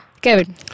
Kevin